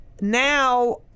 Now